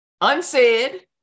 unsaid